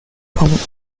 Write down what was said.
commonly